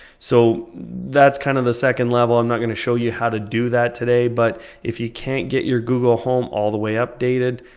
so that's kind of the second level, i'm not going to show you how to do that today. but if you can't get your google home all the way updated,